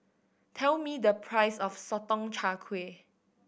tell me the price of Sotong Char Kway